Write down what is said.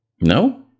No